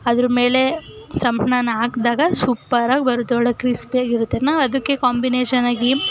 ಅದರ್ಮೇಲೆ ಸಂಪ್ಳ ನಾವು ಹಾಕ್ದಾಗ ಸೂಪರಾಗಿ ಬರುತ್ತೆ ಒಳ್ಳೆ ಕ್ರಿಸ್ಪಿಯಾಗಿರುತ್ತೆ ನಾವು ಅದಕ್ಕೆ ಕಾಂಬಿನೇಶನಾಗಿ